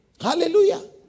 Hallelujah